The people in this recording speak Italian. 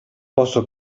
posso